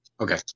Okay